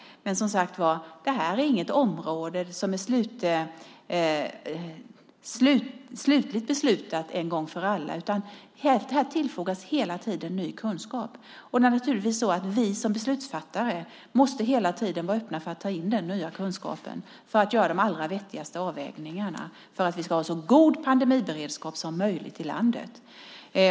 Men som sagt är det här inget som är slutligt beslutat en gång för alla, utan det tillfogas hela tiden ny kunskap. Det är naturligtvis så att vi som beslutsfattare hela tiden måste vara öppna för att ta in den nya kunskapen och göra de allra vettigaste avvägningarna för att vi ska ha så god pandemiberedskap som möjligt i landet.